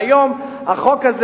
והיום החוק הזה,